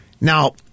Now